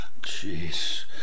Jeez